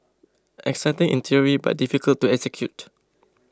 exciting in theory but difficult to execute